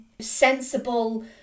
sensible